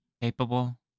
capable